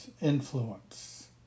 influence